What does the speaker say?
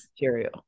material